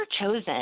chosen